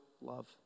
love